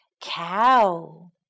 Cow